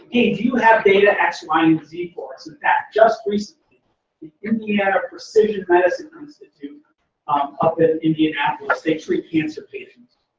hey, do you have data x, y, and z for us in fact, just recently the indiana precision medicine institute up in indianapolis, they treat cancer patients,